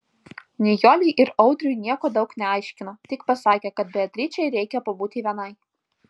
nijolei ir audriui nieko daug neaiškino tik pasakė kad beatričei reikia pabūti vienai